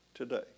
Today